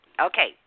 Okay